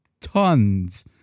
tons